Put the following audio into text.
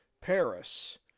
Paris